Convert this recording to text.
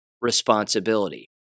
responsibility